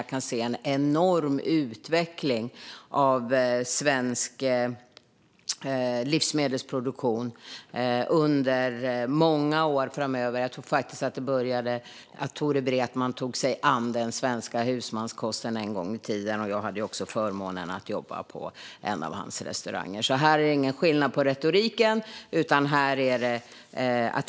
Jag kan se en enorm utveckling av svensk livsmedelsproduktion under många år framöver. Jag tror faktiskt att det började med att Tore Wretman tog sig an den svenska husmanskosten en gång i tiden. Jag hade också förmånen att jobba på en av hans restauranger. Här är det ingen skillnad på retoriken.